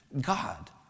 God